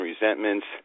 resentments